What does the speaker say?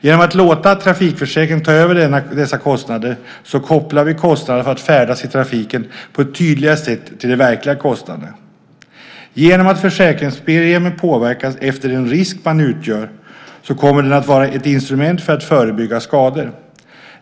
Genom att låta trafikförsäkringen ta över dessa kostnader kopplar vi kostnaderna för att färdas i trafiken på ett tydligare sätt till de verkliga kostnaderna. Genom att försäkringspremien påverkas av den risk man utgör kommer den att vara ett instrument för att förebygga skador.